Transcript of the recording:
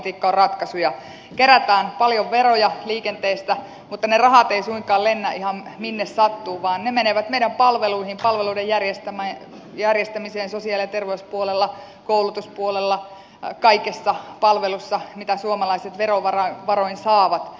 liikenteestä kerätään paljon veroja mutta ne rahat eivät suinkaan lennä ihan minne sattuu vaan ne menevät meidän palveluihin palveluiden järjestämiseen sosiaali ja terveyspuolella koulutuspuolella kaikkiin palveluihin mitä suomalaiset verovaroin saavat